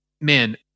man